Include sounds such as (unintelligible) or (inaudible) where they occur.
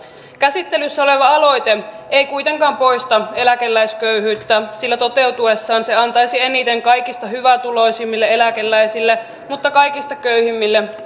käsittelyssä oleva aloite ei kuitenkaan poista eläkeläisköyhyyttä sillä toteutuessaan se antaisi eniten kaikista hyvätuloisimmille eläkeläisille mutta kaikista köyhimmille (unintelligible)